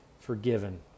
forgiven